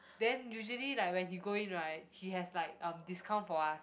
then usually like when he go in right he has like um discount for us